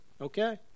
Okay